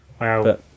wow